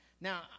now